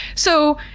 so,